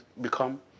become